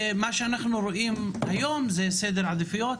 מה שאנחנו רואים היום זה סדר עדיפויות,